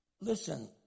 Listen